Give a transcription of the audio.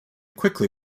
quickly